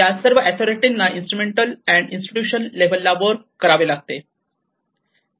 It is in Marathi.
या सर्व अथोरिटी ना इंस्ट्रुमेंटल अँड इन्स्टिट्यूशन लेव्हलला वर्क करावे लागते